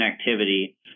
activity